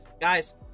guys